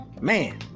man